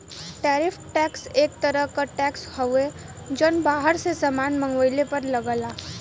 tariff tax एक तरह क टैक्स हउवे जौन बाहर से सामान मंगवले पर लगला